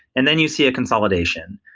and then you see a consolidation.